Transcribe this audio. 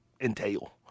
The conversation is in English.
Entail